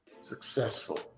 successful